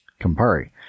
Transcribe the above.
Campari